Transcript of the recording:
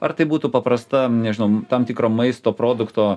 ar tai būtų paprasta nežinau tam tikro maisto produkto